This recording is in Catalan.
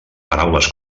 paraules